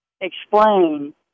explain